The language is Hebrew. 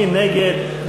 מי נגד?